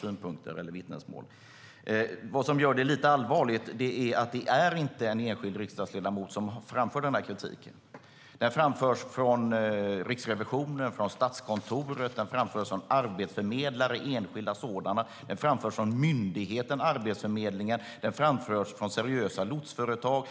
synpunkter eller vittnesmål från en enskild riksdagsledamot. Vad som gör det allvarligt är dock att det inte är en enskild riksdagsledamot som framför kritiken, utan den framförs från Riksrevisionen, Statskontoret, enskilda arbetsförmedlare, myndigheten Arbetsförmedlingen och från seriösa lotsföretag.